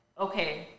okay